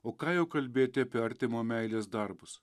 o ką jau kalbėti apie artimo meilės darbus